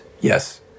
Yes